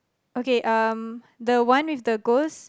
okay um the one with the ghost